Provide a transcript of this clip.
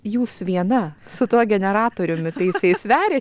jūs viena su tuo generatoriumi tai jisai sveria